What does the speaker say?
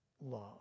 love